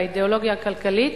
האידיאולוגיה הכלכלית,